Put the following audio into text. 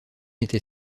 était